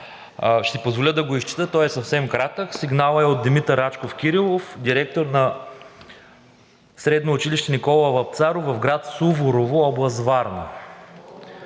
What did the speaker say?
си позволя да го изчета, той е съвсем кратък – сигналът е от Димитър Рачков Кирилов, директор на Средно училище „Никола Вапцаров“ в град Суворово, област Варна: